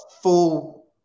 full